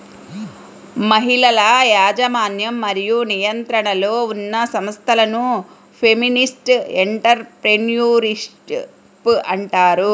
మహిళల యాజమాన్యం మరియు నియంత్రణలో ఉన్న సంస్థలను ఫెమినిస్ట్ ఎంటర్ ప్రెన్యూర్షిప్ అంటారు